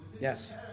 yes